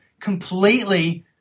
completely